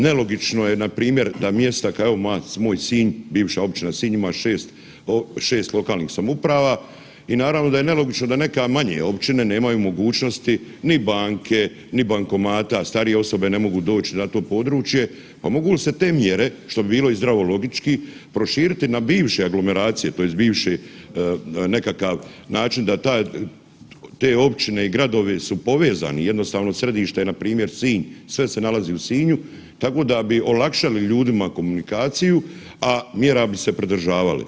Nelogično je npr. da mjesta kao moj Sinj, bivša općina Sinj ima 6 lokalnih samouprava i naravno da je nelogično da neka manje općine nemaju mogućnosti ni banke, ni bankomata, starije osobe ne mogu doći na to područje, pa mogu li se te mjere što bi bilo zdravologički proširiti na bivše aglomeracije tj. bivše nekakav način da te općine i gradovi su povezani, jednostavno središte je npr. Sinj sve se nalazi u Sinju, tako da bi olakšali komunikaciju, a mjera bi se pridržavali.